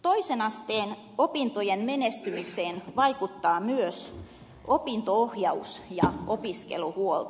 toisen asteen opintojen menestymiseen vaikuttaa myös opinto ohjaus ja opiskeluhuolto